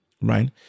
Right